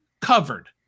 covered